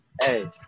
Hey